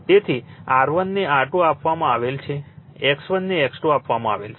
તેથી R1 ને R2 આપવામાં આવેલ છે X1 ને X2 આપવામાં આવે છે